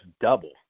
double